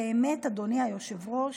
באמת, אדוני היושב-ראש,